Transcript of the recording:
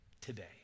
Today